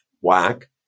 whack